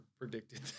Predicted